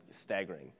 staggering